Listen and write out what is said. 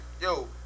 yo